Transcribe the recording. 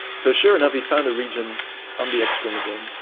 so sure enough he found a region on the x chromosome,